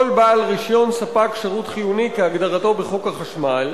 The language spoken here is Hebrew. כל בעל רשיון ספק שירות חיוני כהגדרתו בחוק החשמל,